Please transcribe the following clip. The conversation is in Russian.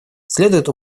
следует